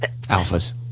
Alphas